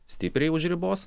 stipriai už ribos